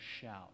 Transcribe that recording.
shout